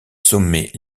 sommets